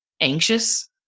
anxious